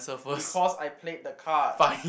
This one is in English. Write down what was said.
because I played the card